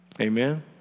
Amen